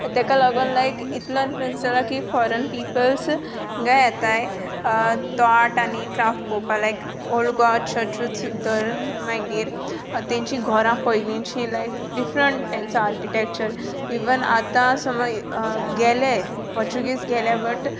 ताका लागून लायक इतलो इन्फ्लूअंस जाला की फॉरन पिपल्स गोंया येताय तो आर्ट आनी क्राफ्ट पळोवपाक लायक ओल्ड गोवा चर्चूच दर मागीर तांची घरां पयलींचीं लायक डिफ्रंट तांचो आर्किटेक्चर इवन आतां समज गेले पोर्च्युगीझ गेले